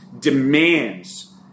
demands